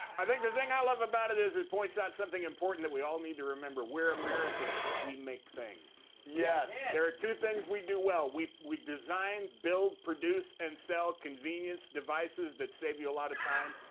i think the thing i love about it is it points out something important that we all need to remember we're americans. we make things. yes there are two things we do well. we we design, build, produce and sell convenience devices that save you a lot of time.